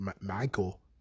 Michael